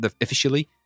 officially